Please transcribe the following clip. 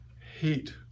Hate